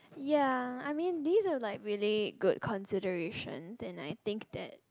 ya I mean these are like really good considerations and I think that